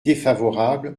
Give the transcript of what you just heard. défavorable